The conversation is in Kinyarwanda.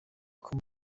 com